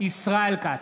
ישראל כץ,